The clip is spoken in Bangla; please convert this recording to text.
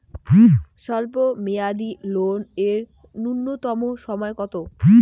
স্বল্প মেয়াদী লোন এর নূন্যতম সময় কতো?